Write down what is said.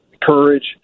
courage